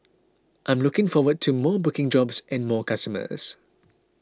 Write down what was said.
I'm looking forward to more booking jobs and more customers